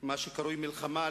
מה שקרוי מלחמה,